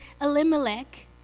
Elimelech